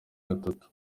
gatatu